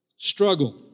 Struggle